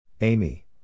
Amy